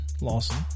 Lawson